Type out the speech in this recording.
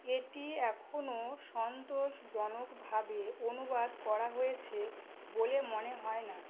এটি এখনো সন্তোষজনকভাবে অনুবাদ করা হয়েছে বলে মনে হয় না